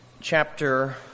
chapter